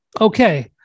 Okay